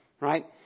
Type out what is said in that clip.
Right